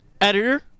Editor